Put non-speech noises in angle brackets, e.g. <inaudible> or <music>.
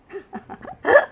<laughs>